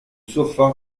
sofa